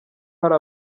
hari